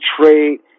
trade